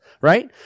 right